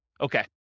Okay